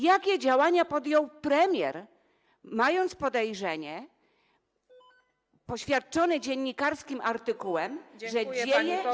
Jakie działania podjął premier, mając podejrzenie poświadczone dziennikarskim artykułem, że dzieje się.